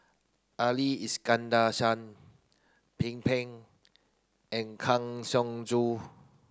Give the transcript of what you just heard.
Ali Iskandar Shah Pin Peng and Kang Siong Joo